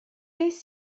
beth